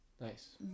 Nice